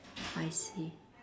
I see